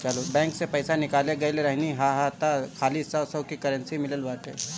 bank से पईसा निकाले गईल रहनी हअ तअ खाली सौ सौ के करेंसी मिलल बाटे